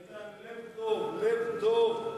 לב טוב,